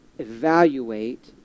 evaluate